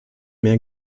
mehr